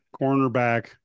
cornerback